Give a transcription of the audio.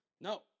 No